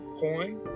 coin